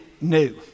new